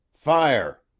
fire